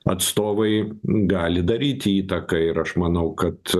atstovai gali daryti įtaką ir aš manau kad